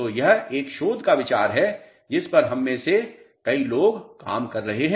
तो यह एक शोध का विचार है जिस पर हम में से कई लोग काम कर रहे हैं